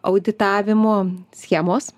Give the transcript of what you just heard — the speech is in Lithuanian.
auditavimo schemos